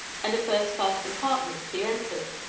and a first-class compartment he entered.